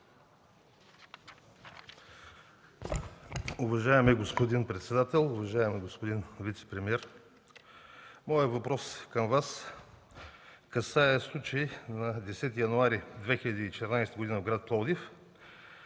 Уважаеми господин председател! Уважаеми господин вицепремиер, моят въпрос към Вас касае случай на 10 януари 2014 г. в град Пловдив